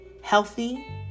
healthy